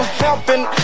helping